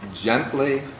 gently